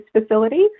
facility